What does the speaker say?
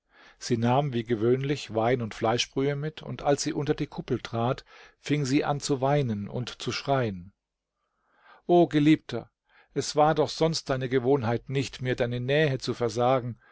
sie nahm wie gewöhnlich wein und fleischbrühe mit und als sie unter die kuppel trat fing sie an zu weinen und zu schreien o geliebter es war doch sonst deine gewohnheit nicht mir deine nähe zu versagen